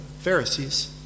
Pharisees